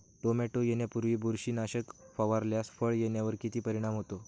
Tomato येण्यापूर्वी बुरशीनाशक फवारल्यास फळ येण्यावर किती परिणाम होतो?